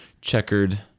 checkered